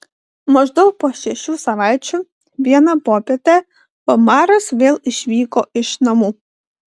maždaug po šešių savaičių vieną popietę omaras vėl išvyko iš namų